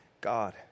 God